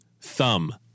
thumb